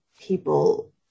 people